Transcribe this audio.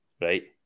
right